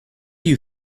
you